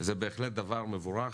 זה בהחלט דבר מבורך,